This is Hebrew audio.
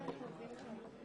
לכולם.